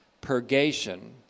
purgation